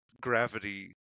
gravity